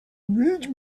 rich